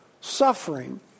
suffering